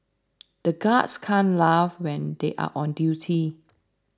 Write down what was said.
the guards can't laugh when they are on duty